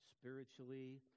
spiritually